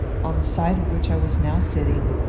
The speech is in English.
on the side of which i was now sitting,